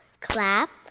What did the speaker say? clap